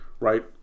Right